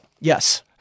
Yes